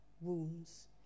wounds